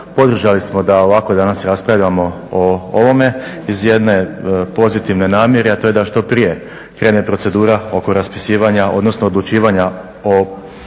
Podržali smo da ovako danas raspravljamo o ovome iz jedne pozitivne namjere, a to je da što prije krene procedura oko raspisivanja, odnosno odlučivanja o